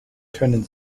können